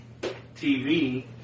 TV